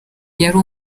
yari